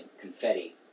confetti